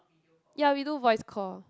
ya we do voice call